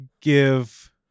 give